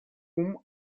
whom